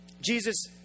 Jesus